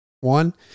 One